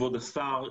כבוד השר,